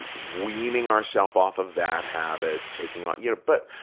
weaning ourself off of that habit, taking on, you know, but